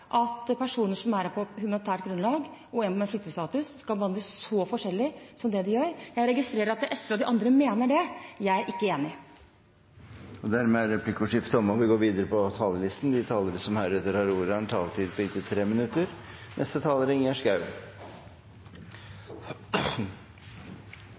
og personer som har hatt lange utenlandsopphold og kommer tilbake til Norge uten rettigheter, også sidestilles. Det er ikke åpenbart at en person som er her på humanitært grunnlag, og en med flyktningstatus skal bli behandlet så forskjellig som det de blir. Jeg registrerer at SV og de andre mener det. Jeg er ikke enig. Replikkordskiftet er omme. De talere som heretter får ordet, har en taletid på inntil 3 minutter.